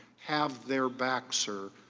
have their back sir.